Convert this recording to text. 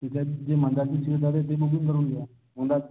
तिच्यात जी मध्यातली सीट आहे ते ते बुकिंग करून घ्या मध्यात